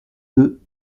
deux